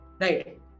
Right